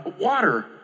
water